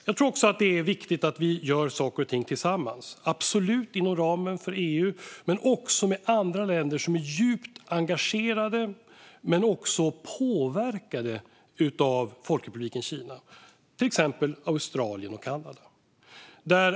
Det är också viktigt att vi gör saker och ting tillsammans, absolut inom ramen för EU men även med andra länder som är djupt engagerade och även påverkade av Folkrepubliken Kina, till exempel Australien och Kanada.